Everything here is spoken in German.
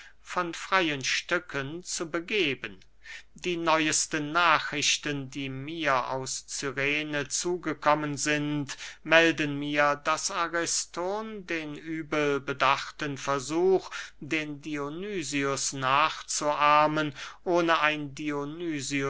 von freyen stücken zu begeben die neuesten nachrichten die mir aus cyrene zugekommen sind melden mir daß ariston den übel bedachten versuch den dionysius nachzuahmen ohne ein